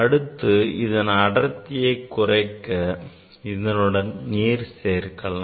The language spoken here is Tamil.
அடுத்து இதன் அடர்த்தியை குறைக்க இதனுடன் நீர் சேர்க்கலாம்